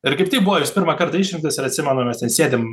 ir kaip tik buvo jis pirmą kartą išrinktas ir atsimenu mes ten sėdim